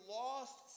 lost